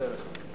אני מודה לך.